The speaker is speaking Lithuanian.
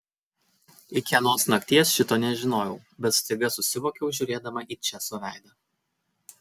iki anos nakties šito nežinojau bet staiga susivokiau žiūrėdama į česo veidą